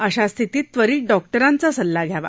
अशा स्थितीत त्वरित डॉक् तांचा सल्ला घ्यावा